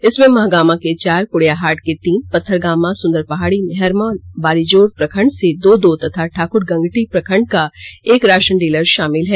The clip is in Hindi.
इसमें महगामा के चार पोडैयाहाट के तीन पत्थरगामा सुंदरपहाड़ी मेहरमा और बारीजोर प्रखंड में दो दो तथा ठाक्रगंगटी प्रखंड का एक राषन डीलर शामिल है